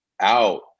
out